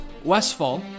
Westfall